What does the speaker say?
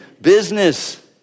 business